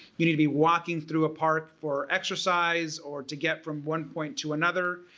you need to be walking through a part for exercise or to get from one point to another.